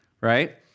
right